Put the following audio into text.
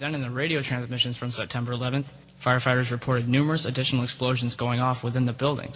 down in the radio transmission from september eleventh firefighters reported numerous additional explosions going off within the building